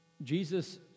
Jesus